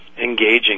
engaging